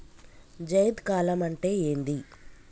జైద్ కాలం అంటే ఏంది?